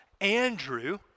Andrew